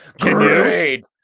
Great